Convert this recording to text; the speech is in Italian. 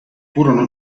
furono